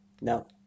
No